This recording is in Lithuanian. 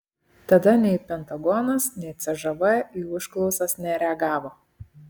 tada nei pentagonas nei cžv į užklausas nereagavo